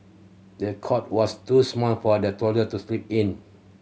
the cot was too small for the toddler to sleep in